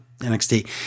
NXT